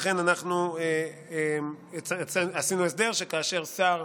לכן עשינו הסדר שכאשר שר